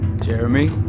jeremy